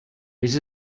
les